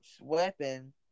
weapon